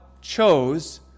chose